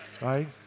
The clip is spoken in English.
Right